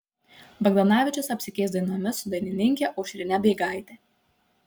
bagdanavičius apsikeis dainomis su dainininke aušrine beigaite